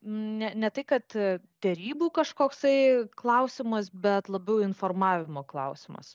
ne ne tai kad derybų kažkoksai klausimas bet labiau informavimo klausimas